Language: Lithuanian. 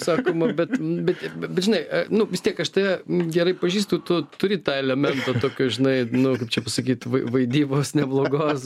sakoma bet bet bet žinai nu vis tiek aš tave gerai pažįstu tu turi tą elementą tokio žinai nu kaip čia pasakyt vai vaidybos neblogos